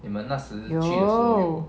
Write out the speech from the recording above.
有